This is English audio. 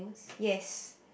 yes